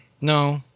no